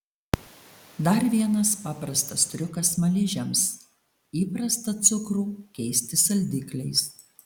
dar vienas paprastas triukas smaližiams įprastą cukrų keisti saldikliais